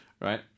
right